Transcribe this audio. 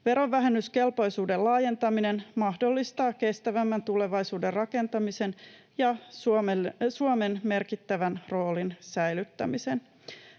Verovähennyskelpoisuuden laajentaminen mahdollistaa kestävämmän tulevaisuuden rakentamisen ja Suomen merkittävän roolin säilyttämisen.